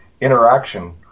interaction